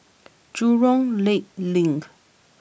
Jurong Lake Link